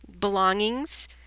belongings